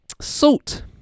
Salt